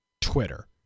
Twitter